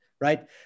right